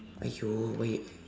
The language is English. !aiyo! why you